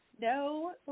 No